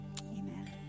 Amen